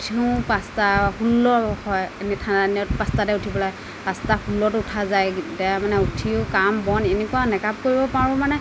উঠোঁ পাঁচটা সুন্দৰ হয় এনে ঠাণ্ডা দিনত পাঁচটাতে উঠিব লাগে পাঁচটা পোন্ধৰত উঠা যায় তেওঁ মানে উঠিও কাম বন এনেকুৱা মেকআপ কৰিব পাৰোঁ মানে